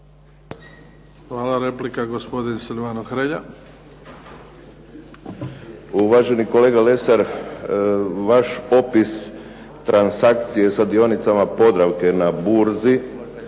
Hvala. Replika, gospodin Silvano Hrelja.